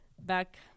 Back